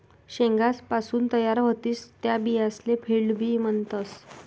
शेंगासपासून तयार व्हतीस त्या बियासले फील्ड बी म्हणतस